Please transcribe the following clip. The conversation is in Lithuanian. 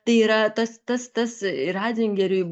tai yra tas tas tas ratzingeriui